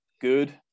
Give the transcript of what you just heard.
good